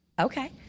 Okay